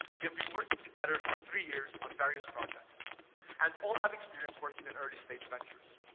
we have been working together for three years on various projects and all have experience working in early-stage ventures.